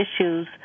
issues